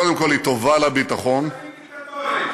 קודם כול, היא טובה לביטחון, משטרים דיקטטוריים.